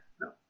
No